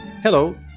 Hello